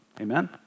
Amen